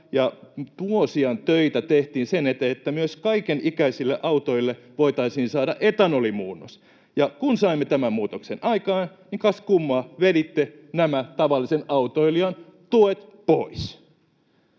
ja vuosia töitä tehtiin sen eteen, että myös kaikenikäisille autoille voitaisiin saada etanolimuunnos. Kun saimme tämän muutoksen aikaan, niin kas kummaa, veditte nämä tavallisen autoilijan tuet pois.